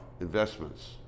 investments